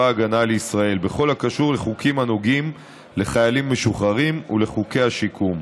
הגנה לישראל בכל הקשור לחוקים הנוגעים לחיילים משוחררים ולחוקי השיקום.